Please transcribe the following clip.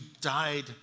died